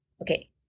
Okay